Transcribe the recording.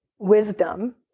Wisdom